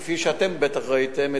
כפי שאתם בטח ראיתם,